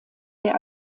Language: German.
der